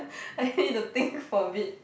I need to think for a bit